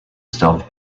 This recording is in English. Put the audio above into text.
stealth